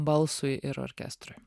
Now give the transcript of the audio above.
balsui ir orkestrui